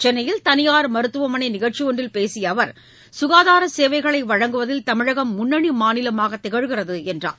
சென்னையில் தனியார் மருத்துவமனைநிகழ்ச்சிஒன்றில் பேசியஅவர் சுகாதாரசேவைகளைவழங்குவதில் தமிழகம் முன்னனிமாநிலமாகதிகழ்கிறதுஎன்றார்